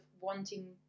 wanting